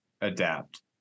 adapt